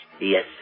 Yes